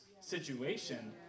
situation